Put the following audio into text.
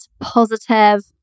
positive